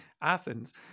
Athens